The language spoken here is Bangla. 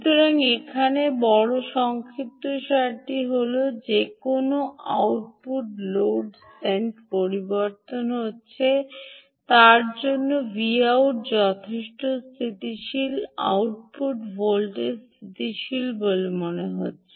সুতরাং এখানে বড় সংক্ষিপ্তসারটি হল যে কোনও আউটপুট লোড স্রেন্ট পরিবর্তিত হচ্ছে তার জন্য Vout যথেষ্ট স্থিতিশীল আউটপুট ভোল্টেজ স্থিতিশীল বলে মনে হচ্ছে